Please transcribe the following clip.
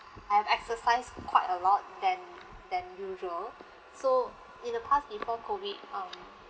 I have exercised quite a lot than than usual so in the past before COVID um